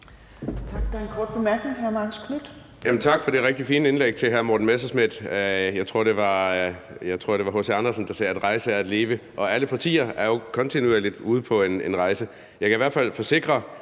Tak for det rigtig fine indlæg til hr. Morten Messerschmidt. Jeg tror, det var H.C. Andersen, der sagde »At rejse er at leve«, og alle partier er jo kontinuerligt ude på en rejse. Jeg kan i hvert fald forsikre